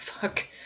Fuck